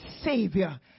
Savior